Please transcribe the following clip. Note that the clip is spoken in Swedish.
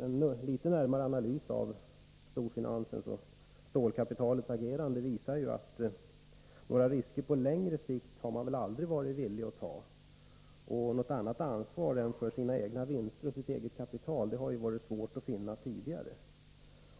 en något närmare analys av storfinansens och stålkapitalets agerande visar ju att några risker på längre sikt har man aldrig varit villig att ta. Tidigare har det ju varit svårt att finna att man velat ta ansvar för något annat än sina egna vinster och sitt eget kapital.